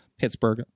pittsburgh